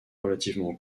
relativement